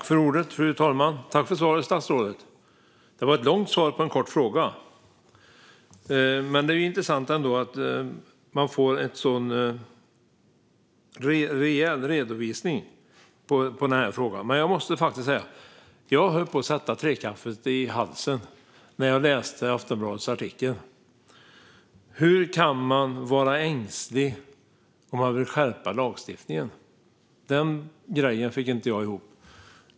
Fru talman! Jag tackar statsrådet för svaret. Det var ett långt svar på en kort fråga. Men det är intressant att man får en så rejäl redovisning. Jag måste faktiskt säga att jag höll på att sätta trekaffet i halsen när jag läste Aftonbladets artikel. Hur kan man vara ängslig om man vill skärpa lagstiftningen? Den grejen fick jag inte ihop.